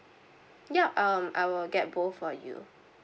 ya um I will get both for you